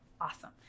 Awesome